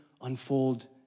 unfold